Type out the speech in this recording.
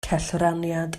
cellraniad